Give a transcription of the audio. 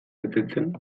betetzen